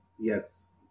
Yes